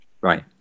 Right